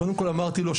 קודם כל אמרתי לו,